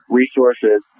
resources